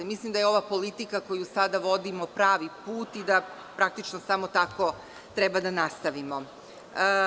Mislim da je ova politika koju sada vodimo pravi put i da praktično samo tako treba da nastavimo.